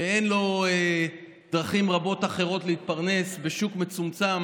שאין לו דרכים רבות אחרות להתפרנס, בשוק מצומצם